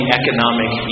economic